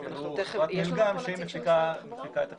חברת מילגם, שהיא מפיקה את הקנסות.